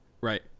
right